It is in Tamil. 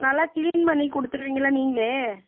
நல்லா கிளீன் பண்ணி கொடுத்துருவீங்கள்ல நீங்களே